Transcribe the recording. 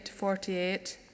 48